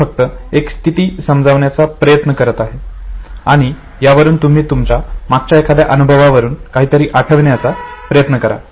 मी फक्त एक स्थिती समजवण्याचा प्रयत्न करत आहे आणि यावरून तुम्ही तुमच्या मागच्या एखाद्या अनुभवावरून काहीतरी आठवण्याचा प्रयत्न करा